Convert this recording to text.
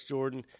Jordan